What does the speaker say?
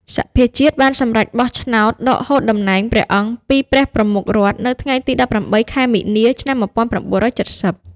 សភាជាតិបានសម្រេចបោះឆ្នោតដកហូតតំណែងព្រះអង្គពីព្រះប្រមុខរដ្ឋនៅថ្ងៃទី ១៨ ខែមីនា ឆ្នាំ ១៩៧០។